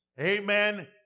amen